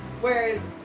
Whereas